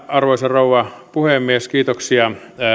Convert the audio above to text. arvoisa rouva puhemies kiitoksia